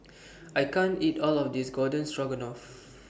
I can't eat All of This Garden Stroganoff